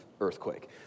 earthquake